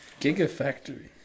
gigafactory